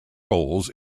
roles